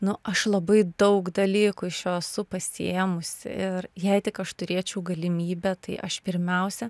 nu aš labai daug dalykų iš jo esu pasiėmusi ir jei tik aš turėčiau galimybę tai aš pirmiausia